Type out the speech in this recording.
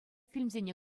фильмсене